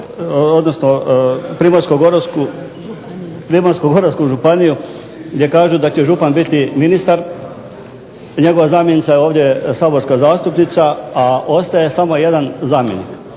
primjer Primorsko-goransku županiju gdje kaže da će župan biti ministar. Njegova zamjenica je ovdje saborska zastupnica, a ostaje samo jedan zamjenik.